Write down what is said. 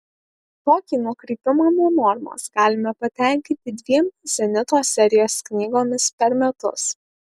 tokį nukrypimą nuo normos galime patenkinti dviem zenito serijos knygomis per metus